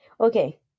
Okay